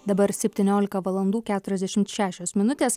dabar septyniolika valandų keturiasdešimt šešios minutės